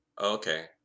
Okay